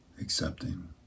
accepting